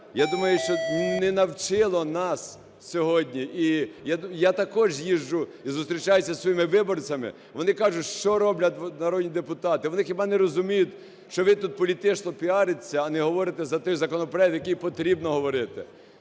я думаю, що не навчило нас сьогодні. І я також їжджу і зустрічаюся з своїми виборцями, вони кажуть: "Що роблять народні депутати?" Вони хіба не розуміють, що ви тут політично піаритесь, а не говорите за той законопроект, який потрібно говорити?